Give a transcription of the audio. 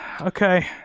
okay